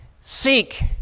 Seek